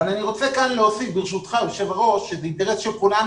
אני רוצה ברשותך להוסיף כאן ולומר שזה אינטרס של כולנו